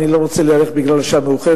אני לא רוצה להאריך בגלל השעה המאוחרת,